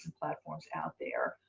platforms out there.